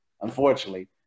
unfortunately